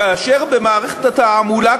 כאשר במערכת התעמולה,